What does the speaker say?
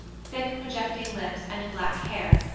thick, projecting lips, and black hair,